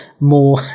more